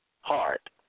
heart